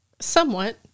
somewhat